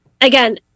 again